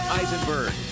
Eisenberg